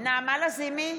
נעמה לזימי,